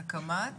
"הקמת",